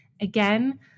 Again